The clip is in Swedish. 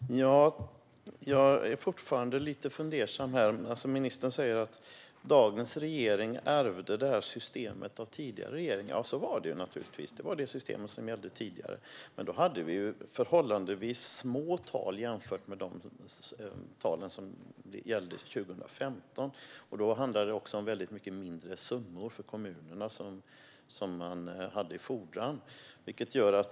Fru talman! Jag är fortfarande lite fundersam. Ministern säger att dagens regering ärvde det här systemet från den tidigare regeringen. Så var det naturligtvis. Det var det systemet som gällde tidigare. Men då var det förhållandevis få asylsökande jämfört med 2015. Då handlade det också om mycket mindre summor som kommunerna hade i fordran.